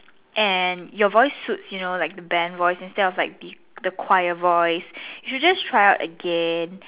and your voice suits you know like the band voice instead of like the the choir voice you should just try out again